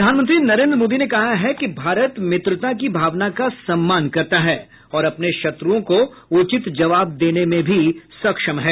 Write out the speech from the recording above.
प्रधानमंत्री नरेन्द्र मोदी ने कहा है कि भारत मित्रता की भावना का सम्मान करता है और अपने शत्रुओं को उचित जवाब देने में भी सक्षम है